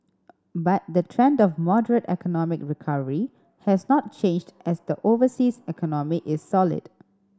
but the trend of moderate economic recovery has not changed as the overseas economy is solid